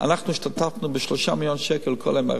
אנחנו השתתפנו ב-3 מיליון שקל לכל MRI,